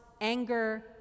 anger